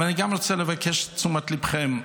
אבל אני גם רוצה לבקש את תשומת ליבכם,